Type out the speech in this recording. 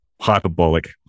hyperbolic